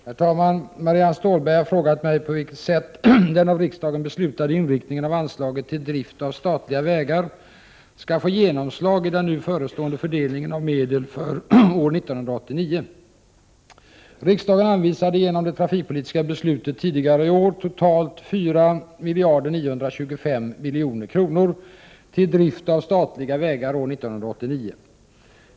Herr talman! Marianne Stålberg har frågat mig på vilket sätt den av riksdagen beslutade inriktningen av anslaget till drift av statliga vägar skall få genomslag i den nu förestående fördelningen av medel för år 1989. Riksdagen anvisade genom det trafikpolitiska beslutet tidigare i år totalt 4 925 milj.kr. till drift av statliga vägar år 1989.